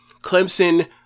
Clemson